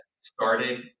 started